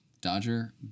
Dodger